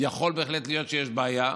יכול בהחלט להיות שיש בעיה.